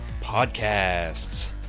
Podcasts